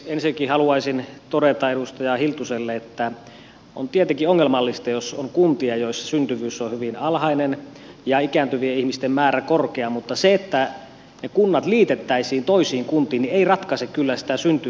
ensinnäkin haluaisin todeta edustaja hiltuselle että on tietenkin ongelmallista jos on kuntia joissa syntyvyys on hyvin alhainen ja ikääntyvien ihmisten määrä korkea mutta se että ne kunnat liitettäisiin toisiin kuntiin ei ratkaise kyllä sitä syntyvyyttä